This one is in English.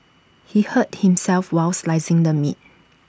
he hurt himself while slicing the meat